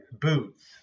boots